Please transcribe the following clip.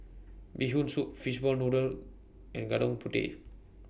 Bee Hoon Soup Fishball Noodle and Gudeg Putih